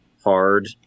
hard